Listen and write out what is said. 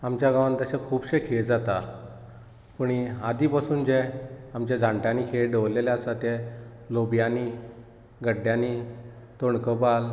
आमच्या गांवांत तशे खुबशे खेळ जातात पूण हे आदीं पासून जे आमच्या जाणट्यांनी खेळ दवरलेले आसा ते लोब्यांनी गड्ड्यांनी तोणकोबाल